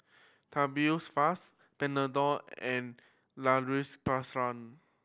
Tubifast Panadol and La Roche